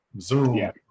Zoom